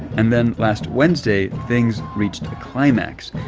and then last wednesday, things reached a climax.